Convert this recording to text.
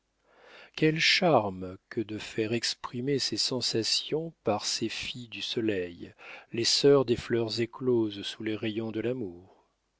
quel charme que de faire exprimer ses sensations par ces filles du soleil les sœurs des fleurs écloses sous les rayons de l'amour